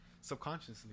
Subconsciously